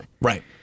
Right